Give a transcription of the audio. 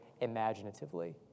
imaginatively